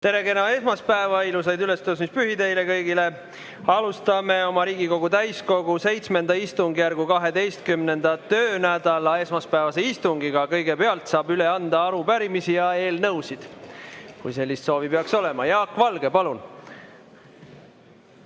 Tere! Kena esmaspäeva ja ilusaid ülestõusmispühi teile kõigile! Alustame Riigikogu täiskogu VII istungjärgu 12. töönädala esmaspäevast istungit. Kõigepealt saab üle anda arupärimisi ja eelnõusid, kui sellist soovi peaks olema. Jaak Valge, palun!